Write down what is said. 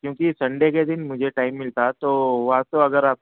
کیوںکہ سنڈے کے دن مجھے ٹائم ملتا تو اگر آپ